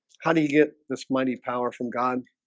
how do you get this mighty power from god